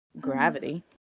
gravity